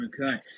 Okay